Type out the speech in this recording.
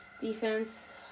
defense